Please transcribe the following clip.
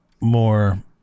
more